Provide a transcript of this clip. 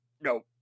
nope